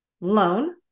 loan